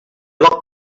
locked